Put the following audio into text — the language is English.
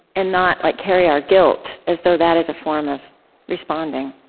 and not like carry our guilt as though that is a form of responding?